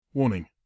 Warning